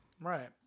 right